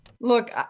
Look